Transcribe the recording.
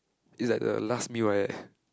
is like the last meal right